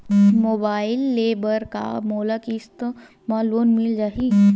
Mobile ले बर का मोला किस्त मा लोन मिल जाही?